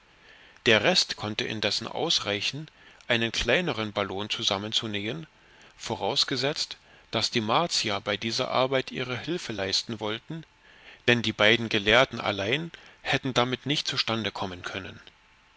der rest konnte indessen ausreichen einen kleineren ballon zusammenzunähen vorausgesetzt daß die martier bei dieser arbeit ihre hilfe leisten wollten denn die beiden gelehrten allein hätten damit nicht zustande kommen können